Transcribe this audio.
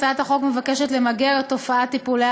הצעת החוק מבקשת למגר את תופעת טיפולי